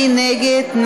מי נגד?